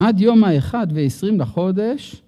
‫עד יום האחד ו-20 לחודש.